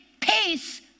peace